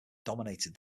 dominated